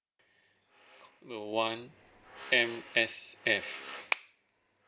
row one M_S_F